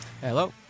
Hello